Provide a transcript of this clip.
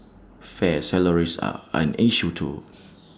fair salaries are an issue too